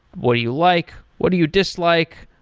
what do you like? what do you dislike?